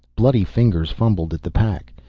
bloody fingers fumbled at the pack,